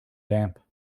damp